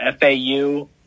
FAU